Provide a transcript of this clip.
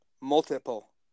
Multiple